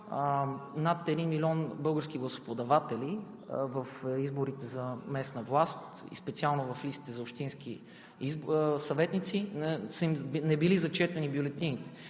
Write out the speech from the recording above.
над 1 милион български гласоподаватели в изборите за местна власт и специално в листите за общински съветници не били зачетени бюлетините.